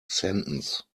sentence